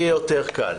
יהיה יותר קל.